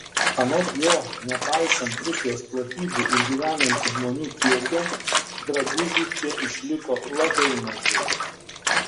anot jo nepaisant rusijos platybių ir gyvenančių žmonių kiekio drabužių čia išliko labai mažai